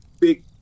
big